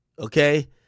Okay